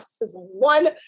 one